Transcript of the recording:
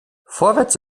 vorwärts